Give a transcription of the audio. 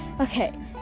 Okay